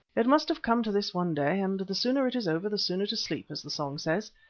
it must have come to this one day, and the sooner it is over the sooner to sleep, as the song says.